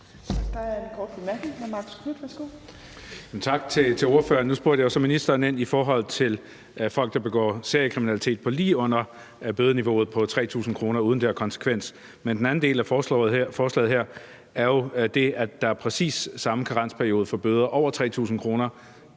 Marcus Knuth, værsgo. Kl. 15:54 Marcus Knuth (KF): Tak til ordføreren. Nu spurgte jeg jo så ministeren i forhold til folk, der begår seriekriminalitet til lige under bødeniveauet på 3.000 kr., uden at det har konsekvens. Men den anden del af forslaget her er jo det, at der er præcis samme karensperiode for bøder over 3.000 kr.